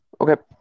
Okay